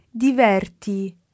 diverti